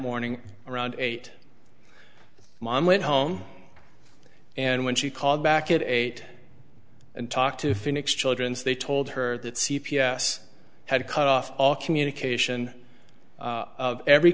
morning around eight mom went home and when she called back at eight and talk to phoenix children's they told her that c p s had cut off all communication of every